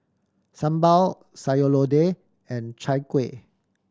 sambal Sayur Lodeh and Chai Kuih